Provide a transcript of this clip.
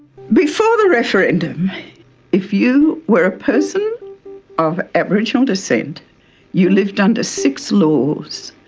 before the referendum if you were a person of aboriginal descent you lived under six laws.